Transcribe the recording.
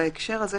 בהקשר של